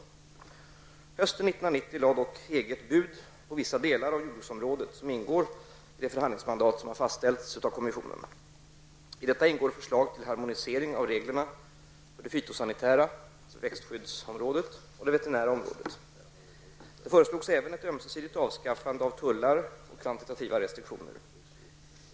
Hösten 1990 lade dock EG ett bud på vissa delar av jordbruksområdet som ingår i det förhandlingsmandat som fastställts för kommissionen. I detta ingår förslag till harmonisering av reglerna för det fytosanitära, dvs. Det föreslogs även ett ömsesidigt avskaffande av tullar och kvantitativa restriktioner.